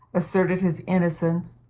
asserted his innocence,